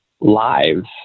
lives